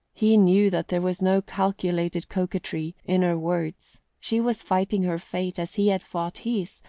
he knew that there was no calculated coquetry in her words she was fighting her fate as he had fought his,